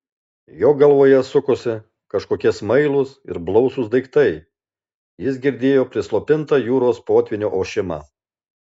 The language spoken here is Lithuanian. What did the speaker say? jo galvoje sukosi kažkokie smailūs ir blausūs daiktai jis girdėjo prislopintą jūros potvynio ošimą